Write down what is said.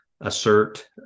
assert